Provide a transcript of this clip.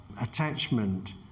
attachment